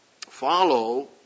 follow